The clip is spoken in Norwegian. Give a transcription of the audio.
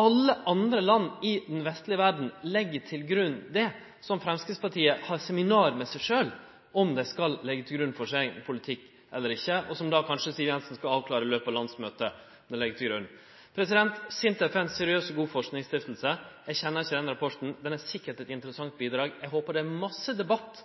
Alle andre land i den vestlege verda legg til grunn det som Framstegspartiet har seminar med seg sjølv om dei skal leggje til grunn for sin politikk, eller ikkje – og som kanskje Siv Jensen skal avklare i løpet av landsmøtet om dei legg til grunn. SINTEF er ein seriøs og god forskningsstiftelse. Eg kjenner ikkje den rapporten – han er sikkert eit interessant bidrag. Eg håpar det er masse debatt